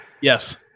Yes